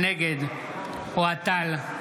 נגד אוהד טל,